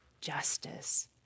justice